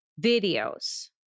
videos